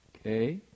Okay